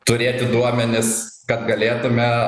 turėti duomenis kad galėtume